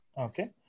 okay